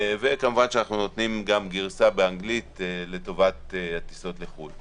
וכמובן שאנחנו נותנים גם גרסה באנגלית לטובת הטיסות לחו"ל.